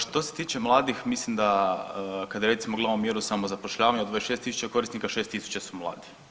Što se tiče mladih mislim da kad recimo gledamo mjeru samozapošljavanja od 26.000 korisnika 6.000 su mladi.